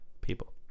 People